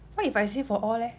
what if I say for all leh